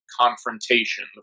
confrontation